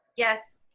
yes.